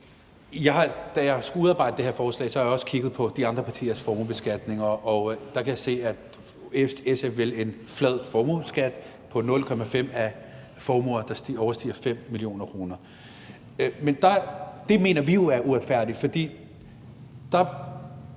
Da jeg skulle udarbejde det her forslag, kiggede jeg også på de andre partiers formuebeskatninger, og der kan jeg se, at SF vil have en flad formueskat på 0,5 pct. af formuer, der overstiger 5 mio. kr. Men det mener vi jo er uretfærdigt, for der